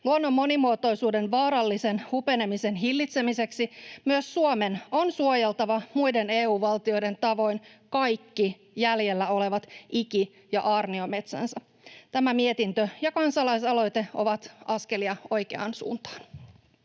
Luonnon monimuotoisuuden vaarallisen hupenemisen hillitsemiseksi myös Suomen on suojeltava muiden EU-valtioiden tavoin kaikki jäljellä olevat iki- ja aarniometsänsä. Tämä mietintö ja kansalaisaloite ovat askelia oikeaan suuntaan.